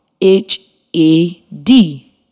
H-A-D